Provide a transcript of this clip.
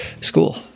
school